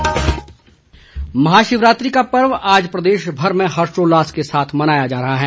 शिवरात्रि महाशिवरात्रि का पर्व आज प्रदेशभर में हर्षोल्लास के साथ मनाया जा रहा है